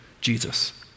Jesus